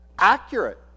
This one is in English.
Accurate